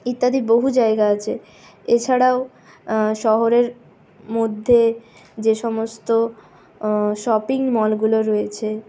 ইত্যাদি বহু জায়গা আছে এছাড়াও শহরের মধ্যে যে সমস্ত শপিং মলগুলো রয়েছে